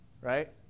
right